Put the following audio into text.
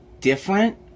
different